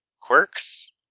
quirks